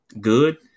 good